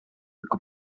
there